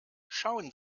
schauen